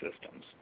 systems